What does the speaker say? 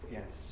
Yes